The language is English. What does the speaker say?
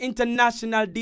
International